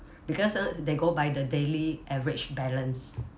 because ah they go by the daily average balance